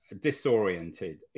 disoriented